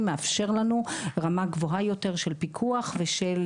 מאפשר לנו רמה גבוהה יותר של פיקוח ושל